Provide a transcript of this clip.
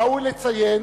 ראוי לציין